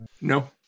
No